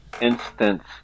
instance